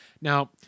Now